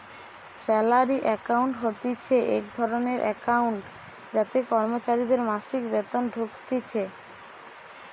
salary account হতিছে এক ধরণের একাউন্ট যাতে কর্মচারীদের মাসিক বেতন ঢুকতিছে